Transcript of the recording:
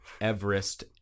Everest